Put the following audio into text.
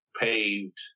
paved